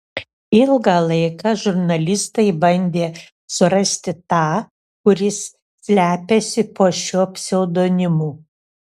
ilgą laiką žurnalistai bandė surasti tą kuris slepiasi po šiuo pseudonimu